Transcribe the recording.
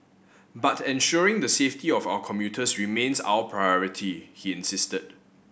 but ensuring the safety of our commuters remains our priority he insisted